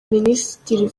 minisitiri